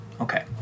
Okay